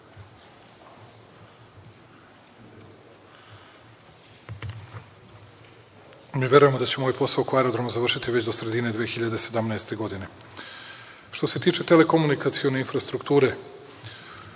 Mi verujemo da ćemo ovaj posao oko aerodroma završiti već do sredine 2017. godine. Što se tiče telekomunikacione infrastrukture